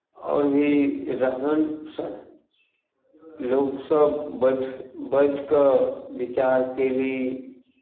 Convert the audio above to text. आओर भी रहन सहन लोक सभ बठ बैठि कऽ विचार कयली